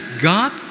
God